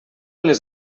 les